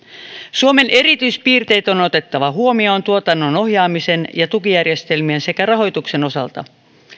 suomen erityispiirteet on otettava huomioon tuotannon ohjaamisen ja tukijärjestelmien sekä rahoituksen osalta